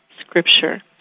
Scripture